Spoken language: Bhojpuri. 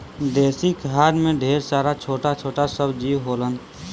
देसी खाद में ढेर सारा छोटा छोटा सब जीव होलन